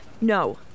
no